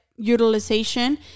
Utilization